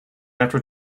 after